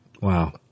Wow